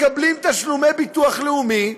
מקבלים תשלומי ביטוח לאומי,